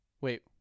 Wait